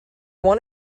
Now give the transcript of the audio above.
want